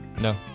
No